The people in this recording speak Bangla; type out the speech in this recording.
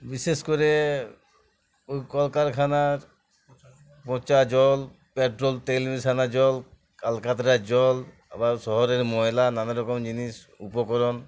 বিশেষ করে ওই কল কারখানার পচা জল পেট্রোল তেল মেশানো জল আলকাতরার জল আবার শহরের ময়লা নানাারকম জিনিস উপকরণ